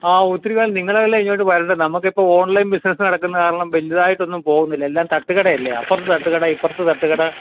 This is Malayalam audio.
ആ ഒത്തിരി നാൾ നിങ്ങളല്ലേ ഇങ്ങോട്ടു വരേണ്ടത് നമുക്കിപ്പോൾ ഓൺലൈൻ ബിസിനസ്സ് നടക്കുന്ന കാരണം വലുതായിട്ടൊന്നും പോകുന്നില്ല എല്ലാം തട്ടു കടയല്ലേ അപ്പുറത്ത് തട്ടു കട ഇപ്പുറത്ത് തട്ടു കട